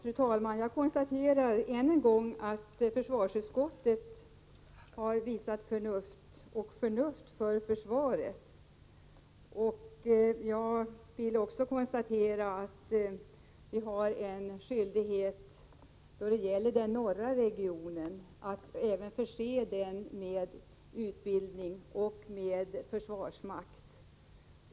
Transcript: Fru talman! Jag konstaterar än en gång att försvarsutskottet har visat förnuft när det gäller försvaret. Jag vill också konstatera att vi har en skyldighet att förse den norra regionen av Sverige även med utbildning och försvarsmakt.